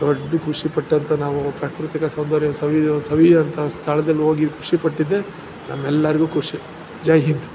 ದೊಡ್ಡ ಖುಷಿ ಪಟ್ಟಂಥ ನಾವು ಪ್ರಾಕೃತಿಕ ಸೌಂದರ್ಯ ಸವಿಯುವ ಸವಿಯುವಂಥ ಸ್ಥಳದಲ್ಲೋಗಿ ಖುಷಿ ಪಟ್ಟಿದ್ದೇ ನಮ್ಮೆಲ್ಲರಿಗೂ ಖುಷಿ ಜೈ ಹಿಂದ್